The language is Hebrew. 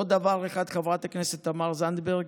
ועוד דבר אחד, חברת הכנסת תמר זנדברג,